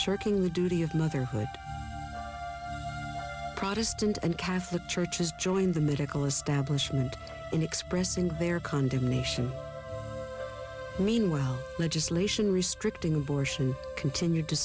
shirking the duty of motherhood protestant and catholic churches joined the medical establishment in expressing their condemnation meanwhile legislation restricting abortion continued to